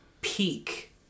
peak